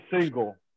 Single